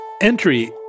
Entry